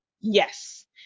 Yes